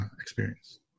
experience